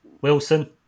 wilson